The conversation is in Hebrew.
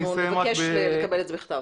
אנחנו נבקש לקבל את זה בכתב.